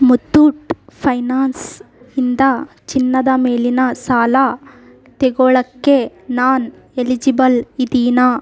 ಮುತ್ತೂಟ್ ಫೈನಾನ್ಸಿಂದ ಚಿನ್ನದ ಮೇಲಿನ ಸಾಲ ತೆಗೊಳೋಕ್ಕೆ ನಾನು ಎಲಿಜಿಬಲ್ ಇದ್ದೀನಾ